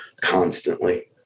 constantly